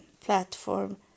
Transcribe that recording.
platform